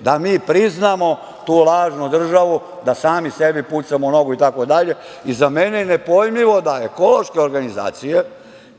da mi priznamo tu lažnu državu, da sami sebi pucamo u nogu itd. Za mene je nepojmljivo da ekološke organizacije,